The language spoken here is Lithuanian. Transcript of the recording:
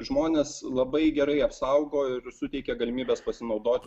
žmones labai gerai apsaugo ir suteikia galimybes pasinaudot